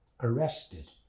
arrested